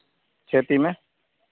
खेती में